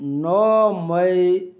नओ मइ